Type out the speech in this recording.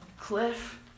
Cliff